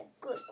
good